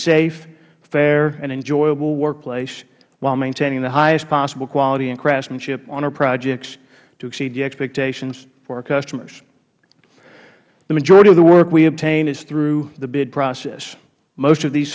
safe fair and enjoyable workplace while maintaining the highest possible quality and craftsmanship on our projects to exceed the expectations of our customers the majority of the work we obtain is through the bid process most of these